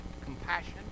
compassion